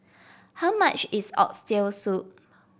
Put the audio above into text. how much is Oxtail Soup